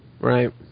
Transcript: Right